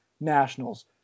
Nationals